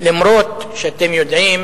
אף-על-פי שאתם יודעים